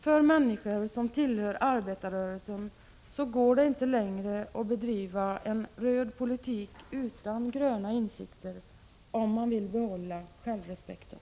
För människor som tillhör arbetarrörelsen går det inte längre att bedriva en röd politik utan gröna insikter, om man vill behålla självrespekten.